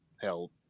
hell